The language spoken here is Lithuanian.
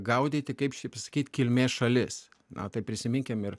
gaudyti kaip čia pasakyt kilmės šalis na tai prisiminkime ir